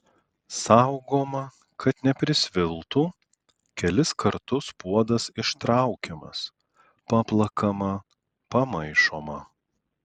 saugoma kad neprisviltų kelis kartus puodas ištraukiamas paplakama pamaišoma